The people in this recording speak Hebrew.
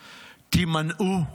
תימנעו.